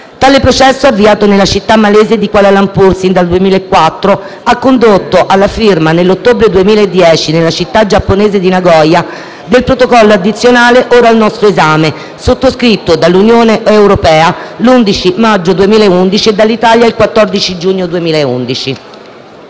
Tale processo, avviato nella città malese di Kuala Lumpur sin dal 2004, ha condotto alla firma, nell'ottobre 2010, nella città giapponese di Nagoya, del Protocollo addizionale ora al nostro esame, sottoscritto dall'Unione europea l'11 maggio 2011 e dall'Italia il 14 giugno 2011.